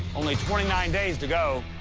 only twenty nine days to go.